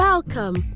Welcome